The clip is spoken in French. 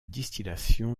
distillation